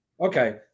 Okay